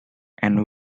and